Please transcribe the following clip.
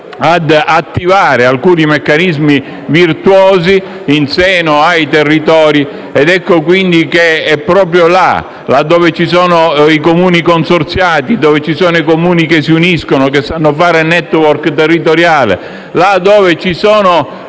ad attivare alcuni meccanismi virtuosi in seno ai territori. Ecco quindi che è proprio là dove ci sono i Comuni consorziati, i Comuni che si uniscono e che sanno fare *network* territoriale, là dove ci sono